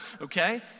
okay